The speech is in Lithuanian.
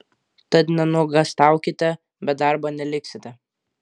tad nenuogąstaukite be darbo neliksite